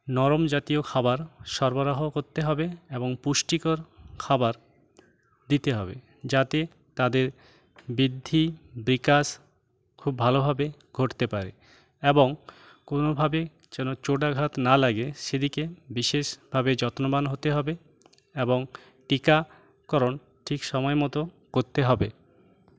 নরম জাতীয় খাবার সরবরাহ করতে হবে এবং পুষ্টিকর খাবার দিতে হবে যাতে তাদের বৃদ্ধি বিকাশ খুব ভালোভাবে ঘটতে পারে এবং কোনোভাবে যেন চোট আঘাত না লাগে সেদিকে বিশেষভাবে যত্নবান হতে হবে এবং টিকাকরণ ঠিক সময়মতো করতে হবে